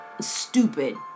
stupid